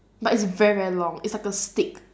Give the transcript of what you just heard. but it's very very long it's like a stick